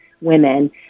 women